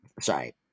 Sorry